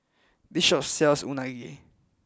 this shop sells Unagi